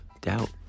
doubt